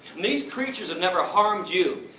these creatures have never harmed you,